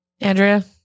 Andrea